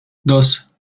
dos